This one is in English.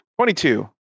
22